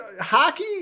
hockey